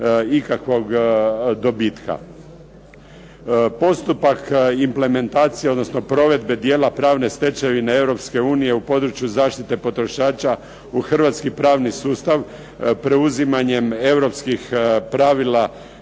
ikakvog dobitka. Postupak implementacija odnosno provedbe dijela pravne stečevine Europske unije u području zaštite potrošača u hrvatski pravni sustav preuzimanjem europskih pravila